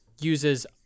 uses